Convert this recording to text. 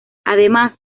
además